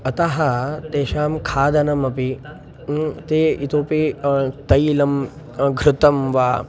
अतः तेषां खादनमपि ते इतोपि तैलं घृतं वा